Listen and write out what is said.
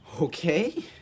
Okay